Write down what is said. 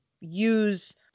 use